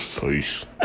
Peace